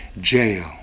Jail